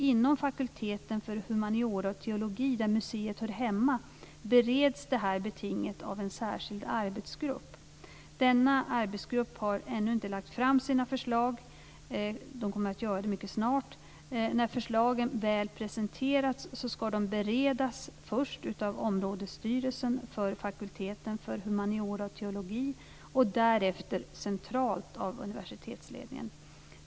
Inom fakulteten för humaniora och teologi, där museet hör hemma, bereds betinget av en särskilt arbetsgrupp. Denna arbetsgrupp har ännu inte lagt fram sina förslag. Den kommer att göra det mycket snart. När förslagen väl presenterats ska de beredas först av områdesstyrelsen för fakulteten för humaniora och teologi och därefter centralt av universitetsledningen.